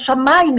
לשמים,